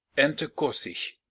enter kosich.